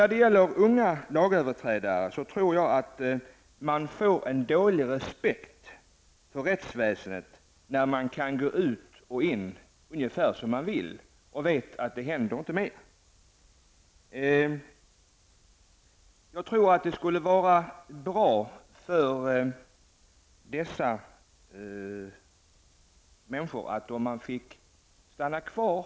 Jag tror att unga lagöverträdare får en dålig respekt för rättsväsendet när de kan gå ut och in ungefär som de vill. De vet att det händer inte mer. Jag tror att det skulle vara bra för dessa människor om de fick stanna kvar.